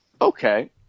Okay